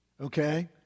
Okay